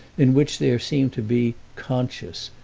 in which there seemed to be conscious,